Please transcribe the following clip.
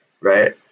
Right